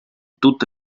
tutte